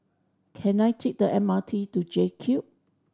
can I take the M R T to JCube